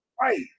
right